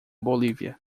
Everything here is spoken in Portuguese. bolívia